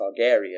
Targaryen